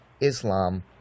Islam